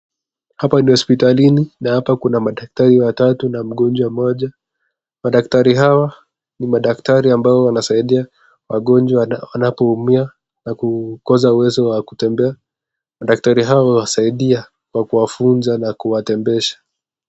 Hapa ni hospitalini na hapa kuna madaktari watatu na mgonjwa mmoja. Madaktari hawa ni madaktari ambao wanasaidia wagonjwa wanapoumia na kukosa uwezo wa kutembea. Madktari hawa huwasaidia kwa kuwafunza na kuwatembesha.